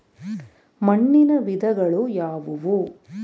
ಮಣ್ಣಿನ ವಿಧಗಳು ಯಾವುವು?